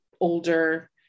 older